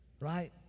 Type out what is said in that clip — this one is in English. Right